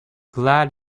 glad